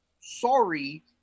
Sorry